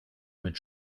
mit